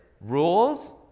rules